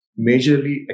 majorly